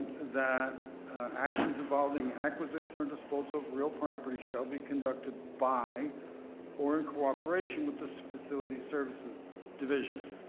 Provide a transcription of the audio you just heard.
that actions involving acquisition or disposal of real property shall be conducted by or in cooperation with the facilities services division,